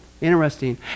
Interesting